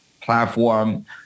platform